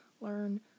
learn